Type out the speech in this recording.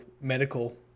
medical